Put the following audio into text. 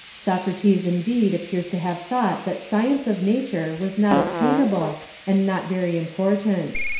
socrates indeed appears to have thought that science of nature was not attainable and not very important.